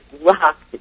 locked